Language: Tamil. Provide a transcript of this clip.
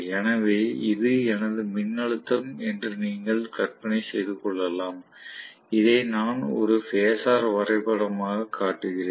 எனவே இது எனது மின்னழுத்தம் என்று நீங்கள் கற்பனை செய்து கொள்ளலாம் இதை நான் ஒரு பேசார் வரைபடமாகக் காட்டுகிறேன்